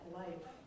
life